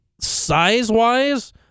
size-wise